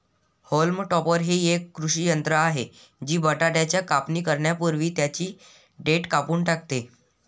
haulm topper हे एक कृषी यंत्र आहे जे बटाट्याची कापणी करण्यापूर्वी त्यांची देठ कापून टाकते